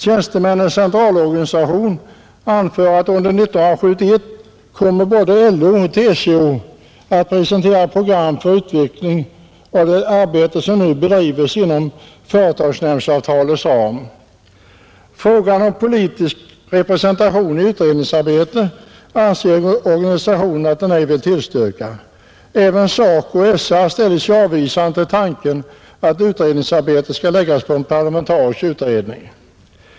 Tjänstemännens centralorganisation anför att under år 1971 kommer både LO och TCO att presentera program för utveckling av det arbete som nu bedrives inom företagsnämndsavtalets ram. Politisk representation i utredningsarbetet anser organisationen att den ej vill tillstyrka, Även SACO och SR ställer sig avvisande till tanken att utredningsarbetet skall läggas på en parlamentarisk utredning.